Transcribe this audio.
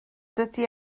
dydy